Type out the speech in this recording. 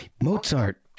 Mozart